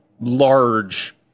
large